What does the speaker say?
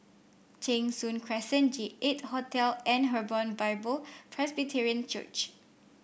Cheng Soon Crescent J eight Hotel and Hebron Bible Presbyterian Church